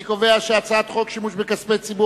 אני קובע שהצעת חוק שימוש בכספי ציבור,